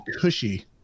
cushy